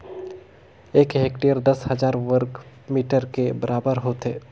एक हेक्टेयर दस हजार वर्ग मीटर के बराबर होथे